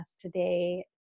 today